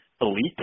elite